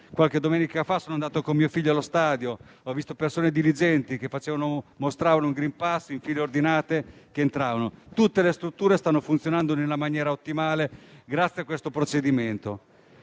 Qualche domenica fa sono andato con mio figlio allo stadio. Ho visto persone diligenti entrare mostrando il *green pass* in file ordinate. Tutte le strutture stanno funzionando in una maniera ottimale grazie a questo procedimento.